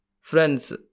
Friends